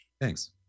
Thanks